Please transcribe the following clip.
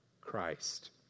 Christ